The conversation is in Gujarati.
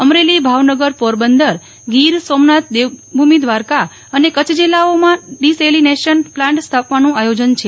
અમરેલીભાવનગરપોરબંદરગીર સોમનાથદેવભૂમિ દ્વારકા અને કચ્છ જિલ્લાઓમાં ડી સેલીનેશન પ્લાન્ટ સ્થાપવાનું આયોજન છે